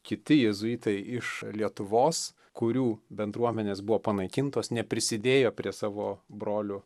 kiti jėzuitai iš lietuvos kurių bendruomenės buvo panaikintos neprisidėjo prie savo brolių